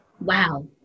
Wow